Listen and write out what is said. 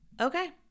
Okay